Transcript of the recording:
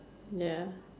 ya